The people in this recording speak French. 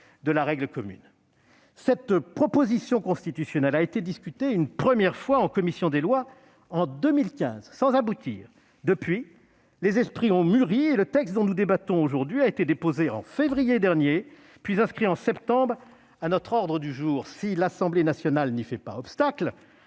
de la règle commune. Cette proposition de loi constitutionnelle a été discutée une première fois en commission des lois dès 2015, sans aboutir. Depuis, les esprits ont mûri, et le texte dont nous débattons aujourd'hui a été déposé en février dernier, puis inscrit en septembre à notre ordre du jour. Si l'Assemblée nationale n'y fait pas obstacle-